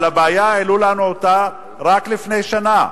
אבל הבעיה, העלו אותה לפנינו רק לפני שנה.